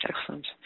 Excellent